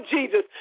Jesus